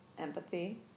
Empathy